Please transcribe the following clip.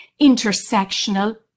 intersectional